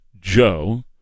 Joe